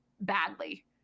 badly